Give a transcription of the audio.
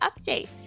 update